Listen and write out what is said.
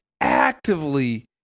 actively